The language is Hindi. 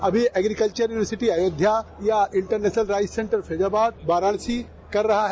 अब यह एग्रीकल्वर यूनिवर्सिटी अयोध्या या international rice centre Faizabad Varanasi कर रहा है